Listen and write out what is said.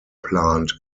plant